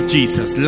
Jesus